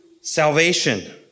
salvation